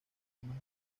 más